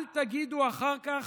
אל תגידו אחר כך,